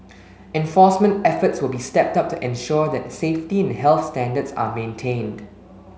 enforcement efforts will be stepped up to ensure that safety and health standards are maintained